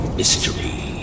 mystery